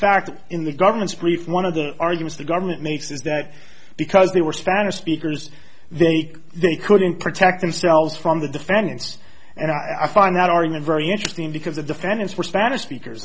fact in the government's brief one of the argues the government makes is that because they were spanish speakers they they couldn't protect themselves from the defendants and i find that are in a very interesting because the defendants were spanish speakers